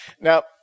Now